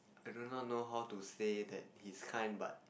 I do not know how to say that he's kind but